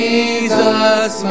Jesus